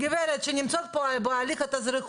מי במשרד המשפטים אחראי על בית דין לעררים?